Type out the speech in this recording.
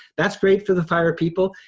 that's great for the fire people.